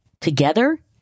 together